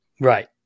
right